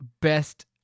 best